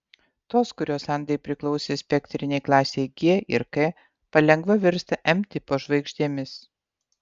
tos kurios andai priklausė spektrinei klasei g ir k palengva virsta m tipo žvaigždėmis